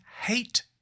hate